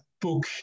book